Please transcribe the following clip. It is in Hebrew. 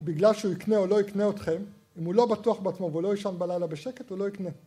בגלל שהוא יקנה או לא יקנה אתכם, אם הוא לא בטוח בעצמו והוא לא ישן בלילה בשקט, הוא לא יקנה.